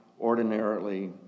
ordinarily